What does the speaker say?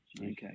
Okay